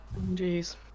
Jeez